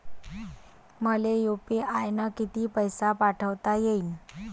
मले यू.पी.आय न किती पैसा पाठवता येईन?